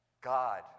God